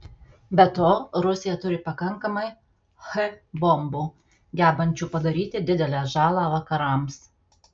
be to rusija turi pakankamai h bombų gebančių padaryti didelę žalą vakarams